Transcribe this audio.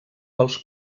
pels